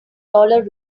dollar